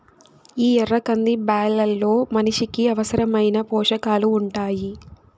ఈ ఎర్ర కంది బ్యాళ్ళలో మనిషికి అవసరమైన పోషకాలు ఉంటాయి